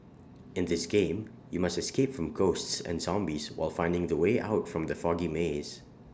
in this game you must escape from ghosts and zombies while finding the way out from the foggy maze